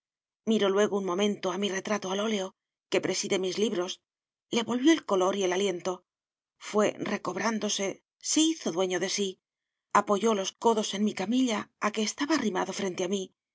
miró luego un momento a mi retrato al óleo que preside a mis libros le volvió el color y el aliento fué recobrándose se hizo dueño de sí apoyó los codos en mi camilla a que estaba arrimado frente a mí